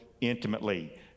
intimately